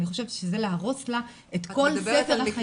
אני חושבת שזה להרוס לה את כתר החיים שלה.